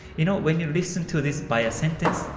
you know, when you listen to this by a sentence,